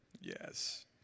Yes